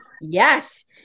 yes